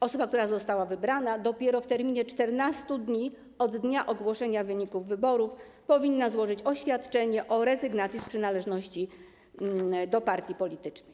Osoba, która została wybrana, dopiero w terminie 14 dni od dnia ogłoszenia wyników wyborów powinna złożyć oświadczenie o rezygnacji z przynależności do partii politycznych.